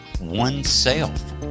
oneself